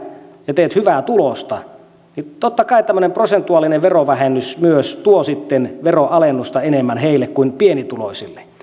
ja teet hyvää tulosta niin totta kai tämmöinen prosentuaalinen verovähennys myös tuo sitten veronalennusta enemmän heille kuin pienituloisille